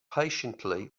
patiently